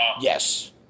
Yes